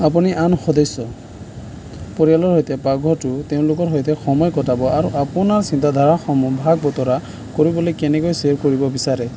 আপুনি আন সদস্য পৰিয়ালৰ সৈতে পাকঘৰটো তেওঁলোকৰ সৈতে সময় কটাব আৰু আপোনাৰ চিন্তাধাৰাসমূহ ভাগ বতৰা কৰিবলৈ কেনেকৈ শ্বেয়াৰ কৰিব বিচাৰে